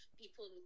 people